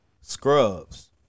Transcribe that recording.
Scrubs